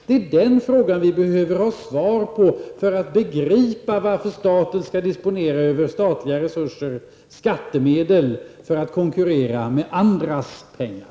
Det är de frågor som vi behöver ha svar på för att begripa varför staten skall disponera över statliga resurser, skattemedel, för att konkurrera med andras pengar.